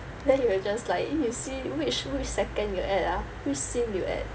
then we will just like eh you see which which second you at ah which scene you at